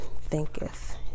thinketh